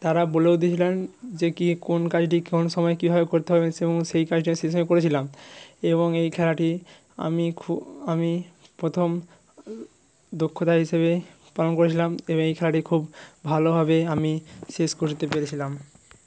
তাঁরা বলেও দিয়েছিলেন যে কী কোন কাজটি কোন সময়ে কীভাবে করতে হবে সেরম সেই কাজটা সেই সময় করেছিলাম এবং এই খেলাটি আমি খু আমি প্রথম দক্ষতা হিসেবে পালন কয়েছিলাম এবং এই খেলাটি খুব ভালোভাবে আমি শেষ করতে পেরেছিলাম